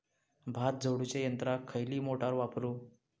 भात झोडूच्या यंत्राक खयली मोटार वापरू?